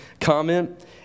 comment